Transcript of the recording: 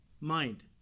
mind